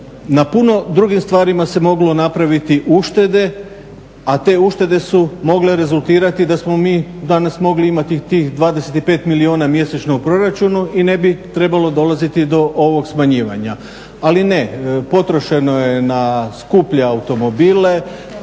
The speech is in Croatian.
Na puno drugih stvari se moglo napraviti uštede, a te uštede su mogle rezultirati da smo mi danas mogli imati tih 25 milijuna mjesečno u proračunu i ne bi trebalo dolaziti do ovog smanjivanja. Ali ne, potrošeno je na skuplje automobile,